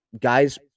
guys